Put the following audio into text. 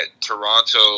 Toronto